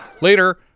Later